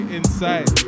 inside